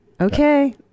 Okay